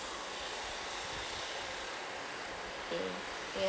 mm ya